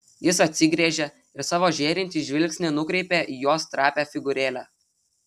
jis atsigręžė ir savo žėrintį žvilgsnį nukreipė į jos trapią figūrėlę